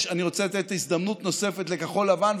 אני רוצה לתת הזדמנות נוספת לכחול לבן,